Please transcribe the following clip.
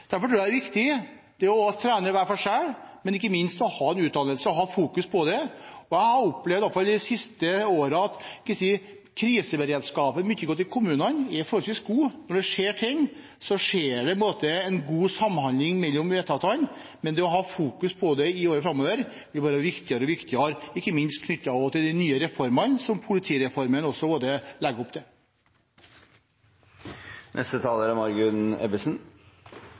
Derfor tror jeg det er viktig å trene hver for seg, men også å ha en utdannelse som fokuserer på dette. Jeg har opplevd, i hvert fall det siste året, at kriseberedskapen i mange av kommunene er forholdsvis god. Når det skjer ting, skjer det en god samhandling mellom etatene, men det å fokusere på dette i årene framover vil være viktigere og viktigere, ikke minst i tilknytning til de nye reformene som òg politireformen legger opp til.